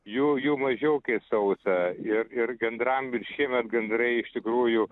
jų jų mažiau kai sausa ir ir gandram ir šiemet gandrai iš tikrųjų